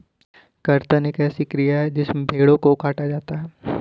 कर्तन एक ऐसी क्रिया है जिसमें भेड़ों को काटा जाता है